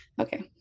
okay